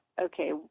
okay